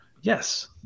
Yes